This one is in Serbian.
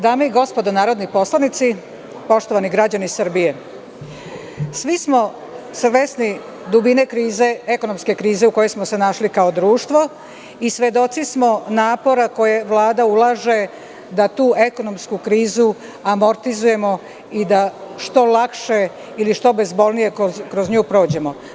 Dame i gospodo narodni poslanici, poštovani građani Srbije, svi smo svesni dubine ekonomske krize u kojoj smo se našli kao društvo i svedoci smo napora koji Vlada ulaže da tu ekonomsku krizu amortizujemo i da što lakše i što bezbolnije kroz nju prođemo.